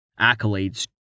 Accolades